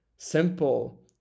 simple